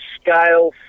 scale